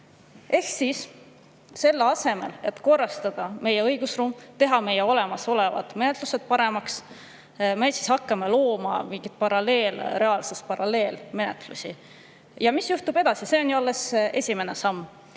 [Paraku] selle asemel, et korrastada meie õigusruum, teha meie olemasolevad menetlused paremaks, me hakkame looma mingit paralleelreaalsust, paralleelmenetlusi. Mis juhtub edasi? See on ju alles esimene samm.